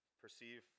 perceive